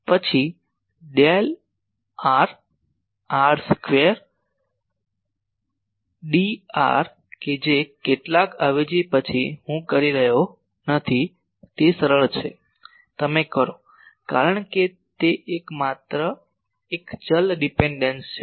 પછી del r r square dr કે જે કેટલાક અવેજી પછી હું કરી રહ્યો નથી તે સરળ છે તમે કરો કારણ કે તે એક માત્ર એક ચલ ડીપેન્ડસ છે